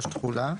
3. תחולה.